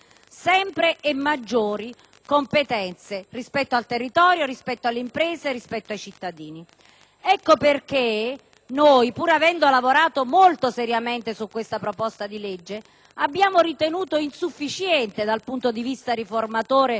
sempre maggiori competenze rispetto al territorio, alle imprese e ai cittadini. Ecco perché noi, pur avendo lavorato molto seriamente sulla proposta di legge in discussione, abbiamo ritenuto insufficiente dal punto di vista riformatore